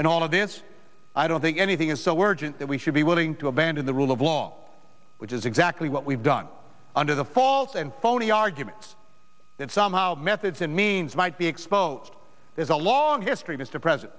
and all of this i don't think anything is so we're just that we should be willing to abandon the rule of law which is exactly what we've done under the false and phony argument that somehow the methods and means might be exposed there's a long history mr president